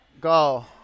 go